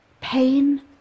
pain